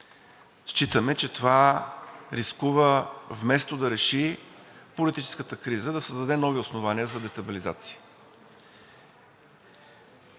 Считаме, че това рискува, вместо да реши политическата криза, да създаде нови основания за дестабилизация.